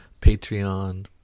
Patreon